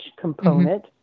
component